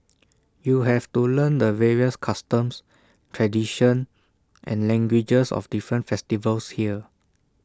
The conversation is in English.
you have to learn the various customs tradition and languages of different festivals here